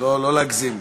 לא להגזים.